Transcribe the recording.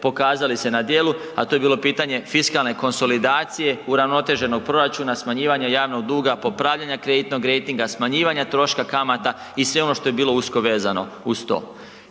pokazali se na djelu, a to je bilo pitanje fiskalne konsolidacije, uravnoteženog proračuna, smanjivanje javnog duga, popravljanja kreditnog rejtinga, smanjivanja troška kamata i sve ono što je bilo usko vezano uz to.